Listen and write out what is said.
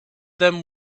them